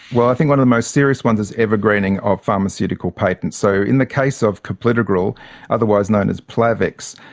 well i think one of the most serious ones is evergreening of pharmaceutical patents. so, in the case of clopidogrel, otherwise known as plavix,